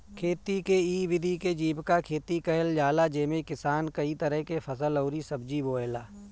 खेती के इ विधि के जीविका खेती कहल जाला जेमे किसान कई तरह के फसल अउरी सब्जी बोएला